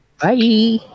Bye